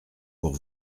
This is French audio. pour